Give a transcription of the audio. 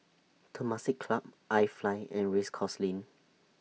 Temasek Club IFly and Race Course Lane